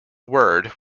word